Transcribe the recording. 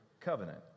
covenant